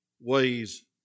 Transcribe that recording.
ways